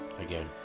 again